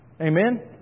Amen